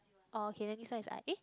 oh okay then this one is I eh